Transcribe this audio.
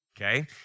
okay